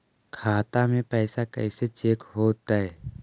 खाता में पैसा कैसे चेक हो तै?